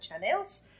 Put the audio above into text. channels